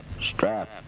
strap